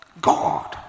God